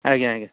ଆଜ୍ଞା ଆଜ୍ଞା